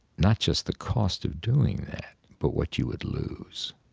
not just the cost of doing that but what you would lose,